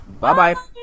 Bye-bye